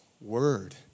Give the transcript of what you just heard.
word